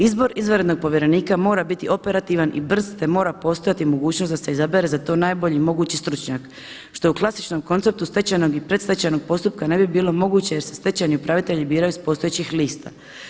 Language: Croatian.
Izbor izvanrednog povjerenika mora biti operativan i brz, te mora postojati mogućnost da se izabere za to najbolji mogući stručnjak što u klasičnom konceptu stečajnog i predstečejnog postupka ne bi bilo moguće jer se stečajni upravitelji biraju s postojećih lista.